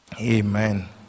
amen